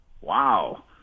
Wow